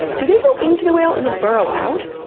do they go into the whale and then borrow out?